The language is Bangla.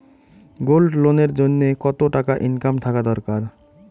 গোল্ড লোন এর জইন্যে কতো টাকা ইনকাম থাকা দরকার?